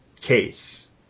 case